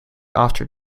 after